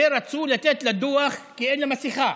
ורצו לתת לה דוח כי אין לה מסכה.